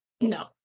No